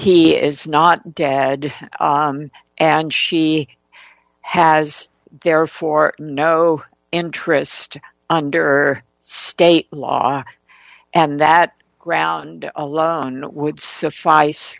he is not dad and she has therefore no interest under state law and that ground alone would suffice